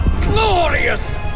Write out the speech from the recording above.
Glorious